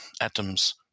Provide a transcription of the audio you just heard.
atoms